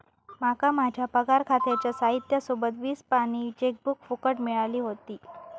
माका माझ्या पगार खात्याच्या साहित्या सोबत वीस पानी चेकबुक फुकट मिळाली व्हती